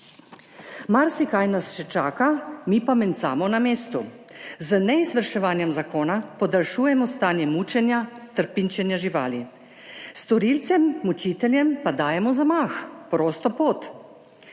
Marsikaj nas še čaka, mi pa mencamo na mestu. Z neizvrševanjem zakona podaljšujemo stanje mučenja, trpinčenja živali, storilcem mučiteljem pa dajemo zamah, prosto pot.